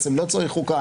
בעצם לא צריך חוקה,